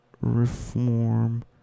reform